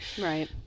right